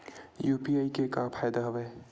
UPI के का फ़ायदा हवय?